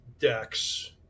decks